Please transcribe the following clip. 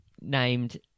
named